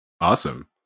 Awesome